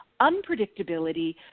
unpredictability